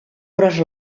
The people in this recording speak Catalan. gros